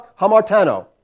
hamartano